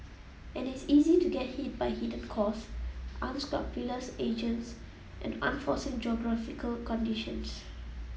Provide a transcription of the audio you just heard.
and it's easy to get hit by hidden costs unscrupulous agents and unforeseen geographical conditions